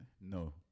No